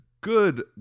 good